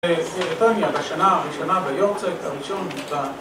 בבריטניה בשנה הראשונה ביאר צייט הראשון בבריטניה